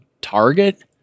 target